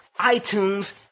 iTunes